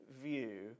view